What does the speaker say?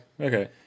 okay